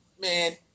man